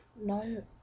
No